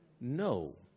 No